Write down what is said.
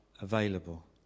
available